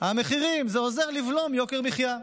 המחירים, זה עוזר לבלום יוקר מחיה.